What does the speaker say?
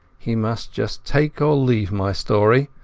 he must just take or leave my story,